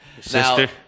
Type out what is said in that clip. Sister